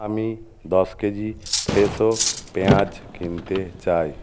আমি দশ কেজি ফ্রেশো পেঁয়াজ কিনতে চাই